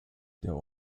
der